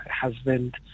husband